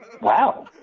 Wow